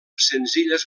senzilles